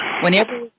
whenever